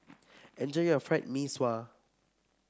enjoy your Fried Mee Sua